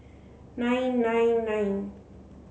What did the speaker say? nine nine nine